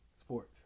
sports